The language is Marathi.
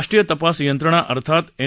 राष्ट्रीय तपास यंत्रणा अर्थात एन